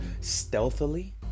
stealthily